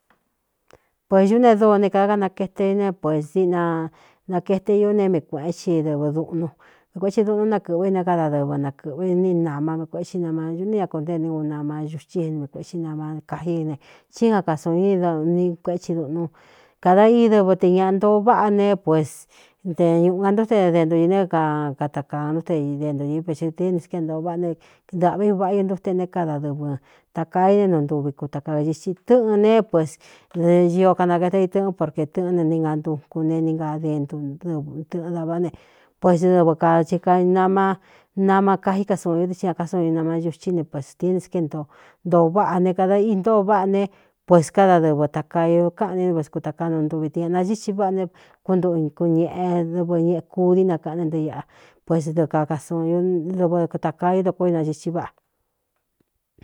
Puēsñú ne dóo ne kadá kanakaete ú ne puēs diꞌna nakaete ió ne mii kuēꞌén ci dɨvɨ dūꞌnu vi kuētsi duꞌnu nakɨ̄ꞌvɨ̄ i ne kádadɨvɨ nakɨ̄ꞌvɨ ní nāma mi kuētsi nama ñuꞌné ña kunté ní u nama ñuthi n miikuēsi nama kají ne cí ga kasuun ni doni kuéti duꞌnu kada íi dɨvɨ te ñaꞌa ntōo váꞌā ne pués te ñūꞌu ga ntú te dento ī ne ka katakaan nú te dento ɨ peɨdinské é ntōo váꞌā ne dāꞌvi uvaꞌa i ntute né kada dɨvɨ̄ takaa iné nu ntuvi kuta kaiti tɨ́̄ꞌɨn ne pues ñio kanakaete i tɨ̄ꞌɨ́n porkē tɨ̄ꞌɨn ne ni ngantuku ne ni na dentu tɨ̄ꞌɨn da váꞌ ne pues dɨvɨ ka i knama nama kají ka suun ñu ndɨ́ i ñakásuu ni nama ñuthí ne ps dinskéé ntoo ntōo váꞌā ne kada í ntōo váꞌā ne pues káda dɨvɨ takaai káꞌne vs kutakanu ntuvi tɨ ñanachíthi váꞌā ne kuntuꞌu kun ñēꞌe dɨvɨ ñeꞌ kudí nakaꞌané nto ꞌa pues dɨɨ kaasuun ñdɨvkutakaa í dokó inachithi váꞌa.